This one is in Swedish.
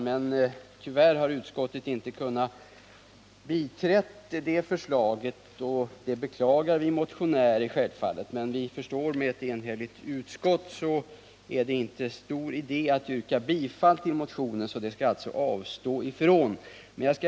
Men utskottet har inte kunnat biträda förslaget, vilket vi motionärer självfallet beklagar. Vi förstår att det med ett enhälligt utskott inte vore stor idé att yrka bifall till motionen, så jag avstår alltså från detta.